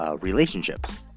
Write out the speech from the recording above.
relationships